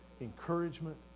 encouragement